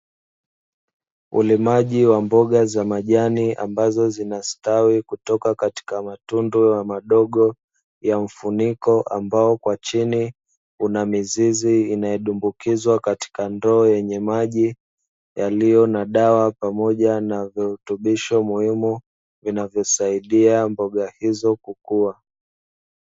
Ulimaji wa mboga za majani ambazo zinastawi kutoka katika matundu ya madogo ya mfuniko, ambao kwa chini una mizizi inayodumbukizwa katika ndoo yenye maji yaliyo na dawa pamoja na virutubisho muhimu vinavyosaidia mboga hizo kukua.